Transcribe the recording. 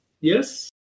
Yes